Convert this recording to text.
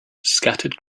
scattered